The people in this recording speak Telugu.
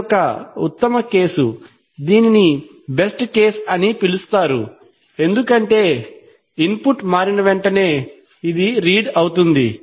ఇది ఒక ఉత్తమ కేసు దీనిని బెస్ట్ కేసు అని పిలుస్తారు ఎందుకంటే ఇన్పుట్ మారిన వెంటనే రీడ్ అవుతుంది